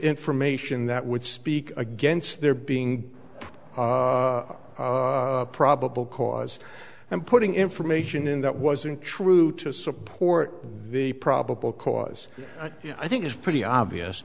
information that would speak against their being probable cause and putting information in that wasn't true to support the probable cause i think is pretty obvious